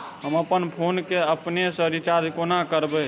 हम अप्पन फोन केँ अपने सँ रिचार्ज कोना करबै?